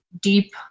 deep